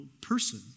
person